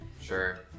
Sure